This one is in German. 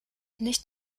nicht